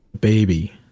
baby